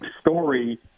story